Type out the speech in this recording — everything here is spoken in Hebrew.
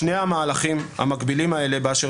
שני המהלכים המקבילים האלה באשר